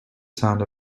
sound